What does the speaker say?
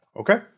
Okay